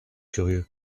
curieux